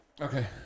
Okay